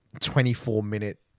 24-minute